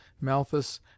Malthus